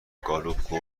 گالوپ